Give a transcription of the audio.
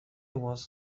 was